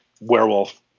werewolf